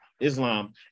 Islam